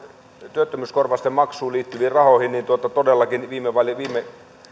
työttömyyskorvausten maksuun liittyviin rahoihin niin todellakin